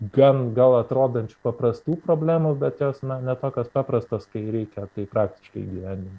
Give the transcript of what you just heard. gan gal atrodančių paprastų problemų bet jos na ne tokios paprastos kai reikia tai praktiškai įgyvendinti